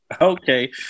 Okay